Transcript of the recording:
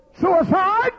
suicide